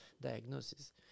diagnosis